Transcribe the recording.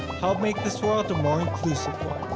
help make this world a more inclusive one.